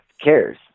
cares